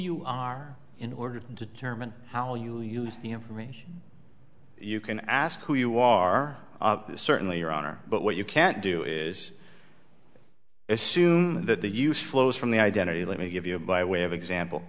you are in order to determine how you use the information you can ask who you are certainly your honor but what you can't do is assume that the use flows from the identity let me give you by way of example